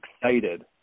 excited